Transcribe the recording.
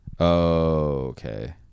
okay